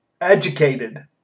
educated